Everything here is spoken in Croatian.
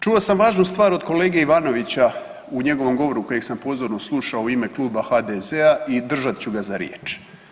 Čuo sam važnu stvar od kolege Ivanovića u njegovom govoru kojeg sam pozorno slušao u ime Kluba HDZ-a i držat ću ga za riječ.